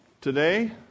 today